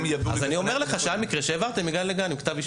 אני אומר לך שהיה מקרה שהעברתם מגן לגן עם כתב אישום.